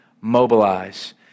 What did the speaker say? mobilize